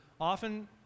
often